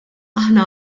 aħna